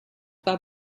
war